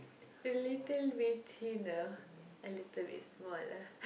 a little bit thin a little bit small